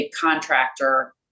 contractor